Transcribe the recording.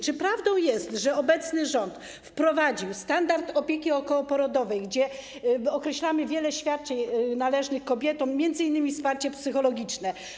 Czy prawdą jest, że obecny rząd wprowadził standard opieki okołoporodowej, gdzie określamy wiele świadczeń należnych kobietom, m.in. wsparcie psychologiczne?